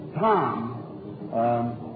Tom